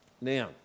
Now